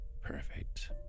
perfect